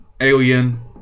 alien